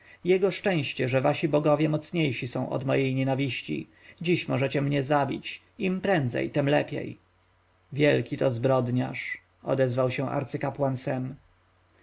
jego szczęście że wasi bogowie mocniejsi są od mojej nienawiści dziś możecie mnie zabić im prędzej tem lepiej wielki to zbrodniarz odezwał się arcykapłan